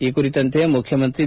ಈ ಕುರಿತಂತೆ ಮುಖ್ಯಮಂತ್ರಿ ಬಿ